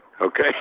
Okay